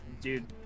dude